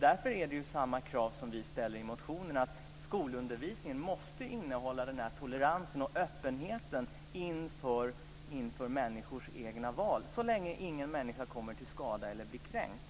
Därför ställer vi samma krav i motionen på att skolundervisningen måste innehålla tolerans och öppenhet inför människors egna val så länge ingen människa kommer till skada eller blir kränkt.